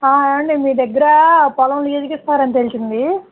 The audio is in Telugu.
ఏమండీ మీ దగ్గర పొలం లీజుకిస్తారని తెలిసింది